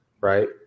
right